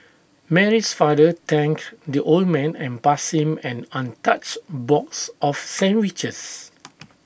Mary's father thanked the old man and passed him an untouched box of sandwiches